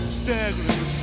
staggering